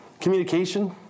Communication